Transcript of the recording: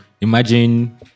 Imagine